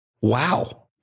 wow